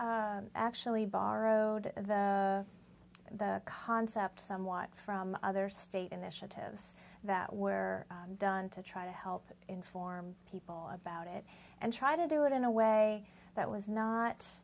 we actually borrowed the concept somewhat from other state initiatives that were done to try to help inform people about it and try to do it in a way that was not